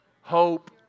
Hope